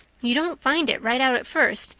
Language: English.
you don't find it right out at first,